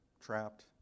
trapped